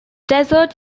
desert